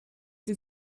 die